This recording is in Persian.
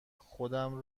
خودم